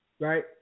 right